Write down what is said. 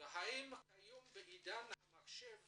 והאם כיום בעידן המחשב